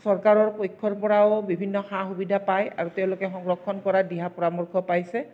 চৰকাৰৰ পক্ষৰ পৰাও বিভিন্ন সা সুবিধা পায় আৰু তেওঁলোকে সংৰক্ষণ কৰাৰ দিহা পৰামৰ্শ পাইছে